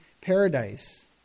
paradise